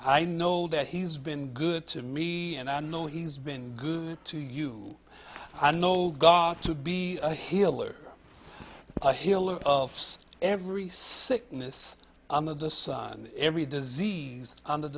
i know that he's been good to me and i know he's been good to you i know god to be a healer a healer of every sickness under the sun every disease under